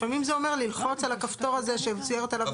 לפעמים זה אומר ללחוץ על הכפתור הזה שמצוירת עליו מצלמה.